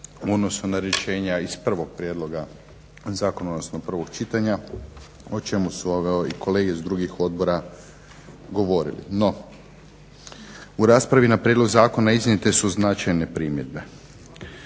odnosu na rješenja iz prvog prijedloga zakona odnosno prvog čitanja o čemu su i kolege iz drugih odbora govorili. No u raspravi na prijedlog zakona iznijete su značajne primjedbe.